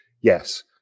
Yes